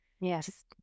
Yes